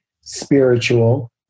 spiritual